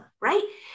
right